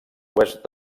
oest